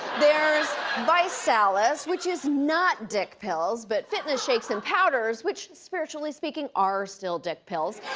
there's visalus, which is not dick pills, but fitness shakes and powders, which spiritually speaking are still dick pills.